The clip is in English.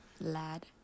Lad